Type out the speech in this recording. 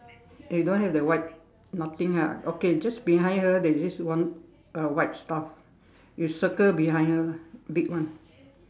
you don't have the white nothing ha okay just behind her there's this one uh white stuff you circle behind her lah big one